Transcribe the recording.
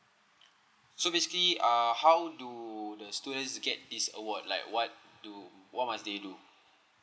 so basically uh how do the students get this award like what do what must they do